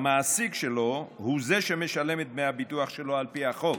המעסיק שלו הוא שמשלם את דמי הביטוח שלו על פי החוק.